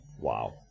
wow